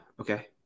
Okay